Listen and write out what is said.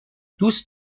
دوست